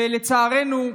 ולצערנו,